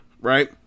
right